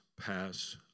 pass